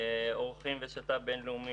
לאורחים ושת"פ בין-לאומי.